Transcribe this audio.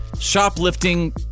shoplifting